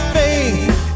faith